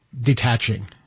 detaching